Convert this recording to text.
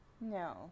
No